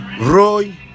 Roy